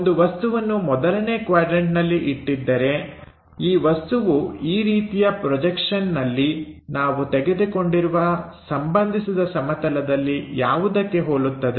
ಒಂದು ವಸ್ತುವನ್ನು ಮೊದಲನೇ ಕ್ವಾಡ್ರನ್ಟನಲ್ಲಿ ಇಟ್ಟಿದ್ದರೆ ಈ ವಸ್ತು ಈ ರೀತಿಯ ಪ್ರೊಜೆಕ್ಷನ್ನಲ್ಲಿ ನಾವು ತೆಗೆದುಕೊಂಡಿರುವ ಸಂಭಂಧಿಸಿದ ಸಮತಲದಲ್ಲಿ ಯಾವುದಕ್ಕೆ ಹೋಲುತ್ತದೆ